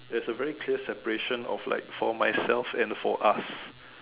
there is a very clear separation of like for myself and for us